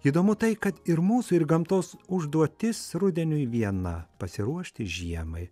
įdomu tai kad ir mūsų ir gamtos užduotis rudeniui viena pasiruošti žiemai